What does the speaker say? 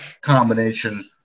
combination